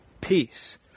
Peace